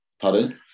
Pardon